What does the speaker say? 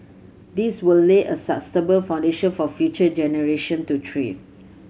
this will lay a sustainable foundation for future generation to thrive